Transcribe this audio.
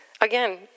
Again